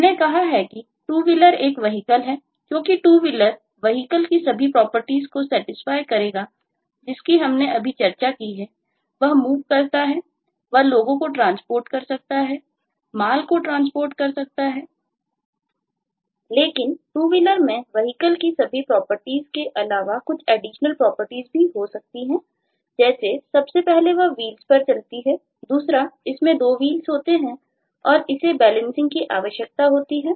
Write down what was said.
हमने कहा कि TwoWheeler एक Vehicle है क्योंकि TwoWheeler Vehicle की सभी प्रॉपर्टीज को सेटिस्फाई की आवश्यकता होती है